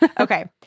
Okay